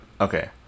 Okay